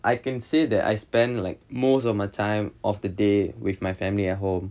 I can say that I spend like most of my time of the day with my family at home